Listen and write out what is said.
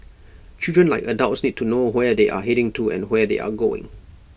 children like adults need to know where they are heading to and where they are going